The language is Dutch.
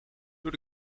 door